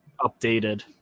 updated